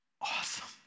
awesome